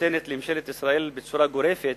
נותנת לממשלת ישראל בצורה גורפת